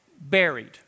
buried